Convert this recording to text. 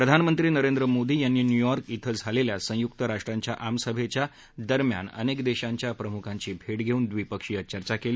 प्रधानमंत्री नरेंद्र मोदी यांनी न्यूयॉर्क इथं झालेल्या संयुक्त राष्ट्रांच्या आमसभेच्या दरम्यान अनेक देशांच्या प्रमुखांची भेट घेऊन द्विपक्षीय चर्चा केली